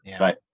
Right